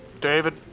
David